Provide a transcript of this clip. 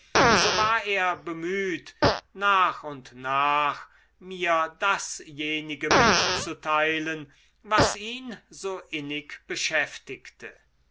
so war er bemüht nach und nach mir dasjenige mitzuteilen was ihn so innig beschäftigte